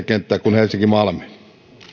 kenttää kuin helsinki malmi